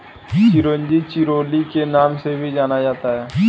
चिरोंजी चिरोली के नाम से भी जाना जाता है